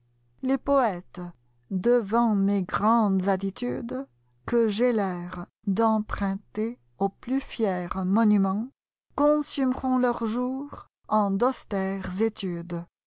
les poètes devant mes grandes attitudes que j'ai l'air d'emprunter aux plus fiers monuments consumeront leurs jours en d'austères études